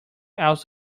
else